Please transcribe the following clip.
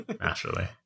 Naturally